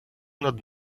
над